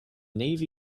navy